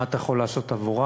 מה אתה יכול לעשות עבורם.